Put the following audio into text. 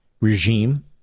regime